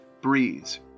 breeze